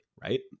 right